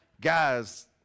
Guys